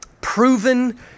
proven